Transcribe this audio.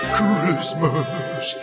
Christmas